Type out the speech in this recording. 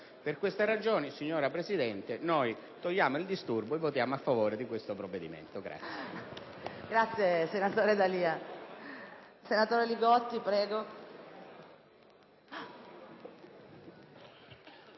Per queste ragioni, signora Presidente, togliamo il disturbo e votiamo a favore di questo provvedimento.